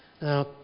Now